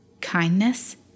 kindness